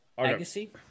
Legacy